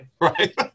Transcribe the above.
right